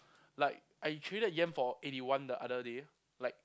like I traded yen for eighty one the other day like